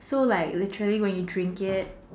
so like literally when you drink it